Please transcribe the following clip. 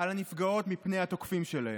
על הנפגעות מפני התוקפים שלהן.